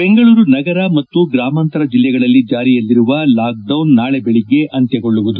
ಬೆಂಗಳೂರು ನಗರ ಮತ್ತು ಗ್ರಾಮಾಂತರ ಜಿಲ್ಲೆಗಳಲ್ಲಿ ಜಾರಿಯಲ್ಲಿರುವ ಲಾಕ್ಡೌನ್ ನಾಳೆ ಬೆಳಗ್ಗೆ ಅಂತ್ಲಗೊಳ್ಳುವುದು